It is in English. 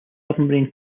submarine